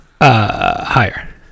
higher